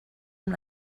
amb